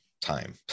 time